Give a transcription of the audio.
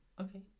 Okay